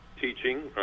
teaching